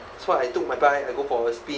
so I took my bike I go for a spin